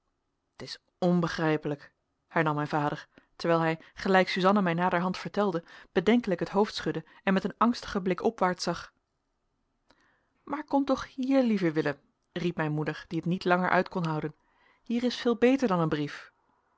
t is onbegrijpelijk hernam mijn vader terwijl hij gelijk suzanna mij naderhand vertelde bedenkelijk het hoofd schudde en met een angstigen blik opwaarts zag maar kom toch hier lieve willem riep mijn moeder die het niet langer uit kon houden hier is veel beter dan een brief